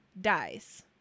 dies